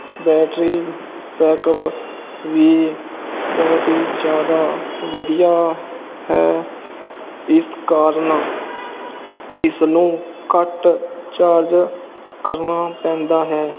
battery backup ਵੀ ਬਹੁਤ ਹੀ ਜ਼ਿਆਦਾ ਵਧੀਆ ਹੈ ਇਸ ਕਾਰਨ ਇਸਨੂੰ ਘੱਟ ਚਾਰਜ ਕਰਨਾ ਪੈਂਦਾ ਹੈ